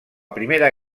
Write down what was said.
primera